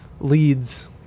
leads